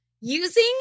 Using